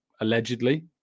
allegedly